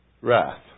Wrath